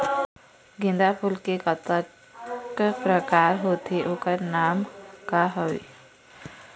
गेंदा फूल के कतेक प्रकार होथे ओकर नाम का हवे?